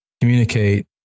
communicate